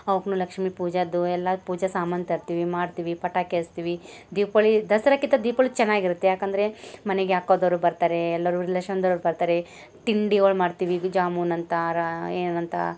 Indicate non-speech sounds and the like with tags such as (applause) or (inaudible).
ಅವಕ್ನೂ ಲಕ್ಷ್ಮೀ ಪೂಜೆದ್ದು ಎಲ್ಲ ಪೂಜೆ ಸಾಮಾನು ತರ್ತೀವಿ ಮಾಡ್ತೀವಿ ಪಟಾಕಿ ಹಚ್ತಿವಿ ದೀಪೊಳಿ ದಸರಾಕ್ಕಿಂತ ದೀಪೊಳಿ ಚೆನ್ನಾಗಿರತ್ತೆ ಯಾಕಂದರೆ ಮನೆಗೆ (unintelligible) ಬರ್ತಾರೆ ಎಲ್ಲರೂ ರಿಲೇಶನ್ದೊರು ಬರ್ತಾರೆ ತಿಂಡಿಗಳು ಮಾಡ್ತೀವಿ ಜಾಮೂನು ಅಂತಾರೆ ಏನಂತ